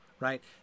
Right